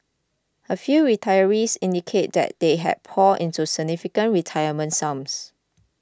a few retirees indicated that they had poured in significant retirement sums